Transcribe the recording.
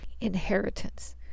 inheritance